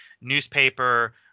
newspaper